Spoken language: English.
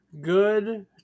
good